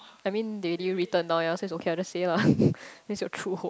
I mean they already written down yours so it's okay lah I just say lah that's your true home